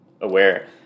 aware